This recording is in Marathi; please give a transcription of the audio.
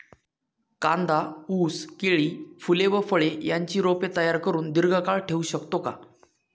कांदा, ऊस, केळी, फूले व फळे यांची रोपे तयार करुन दिर्घकाळ ठेवू शकतो का?